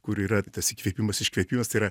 kur yra tas įkvėpimas iškvėpimas tai yra